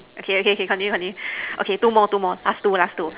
okay okay okay continue continue okay two more two more last two last two